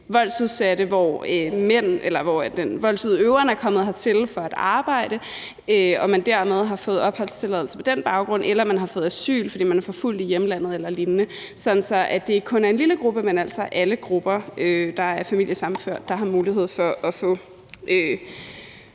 voldsudsatte i tilfælde, hvor voldsudøveren er kommet hertil for at arbejde og dermed har fået opholdstilladelse på den baggrund eller har fået asyl, fordi vedkommende er forfulgt i hjemlandet eller lignende – sådan at det ikke kun er en lille gruppe, men altså alle grupper, der er familiesammenført, der har mulighed for at